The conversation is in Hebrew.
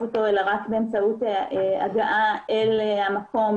אותו אלא רק באמצעות הגעה אל המקום